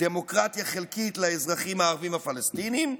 דמוקרטיה חלקית לאזרחים הערבים הפלסטינים,